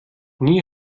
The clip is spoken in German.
nie